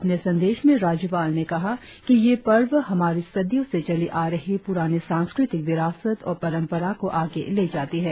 अपने संदेश में राज्यपाल ने कहा कि यह पर्व हमारी सदियों से चली आ रही प्रानी सांस्कृतिक विरासत और परम्परा को आगे ले जाती है